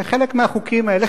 חלק מהחוקים האלה,